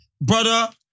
Brother